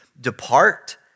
depart